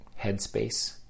headspace